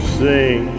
sing